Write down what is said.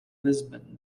lisbon